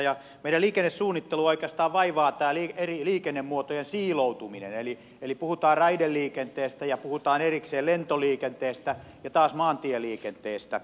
meidän liikennesuunnittelua oikeastaan vaivaa tämä eri liikennemuotojen siiloutuminen eli puhutaan raideliikenteestä ja puhutaan erikseen lentoliikenteestä ja taas maantieliikenteestä